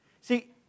See